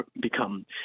become